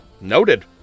noted